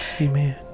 amen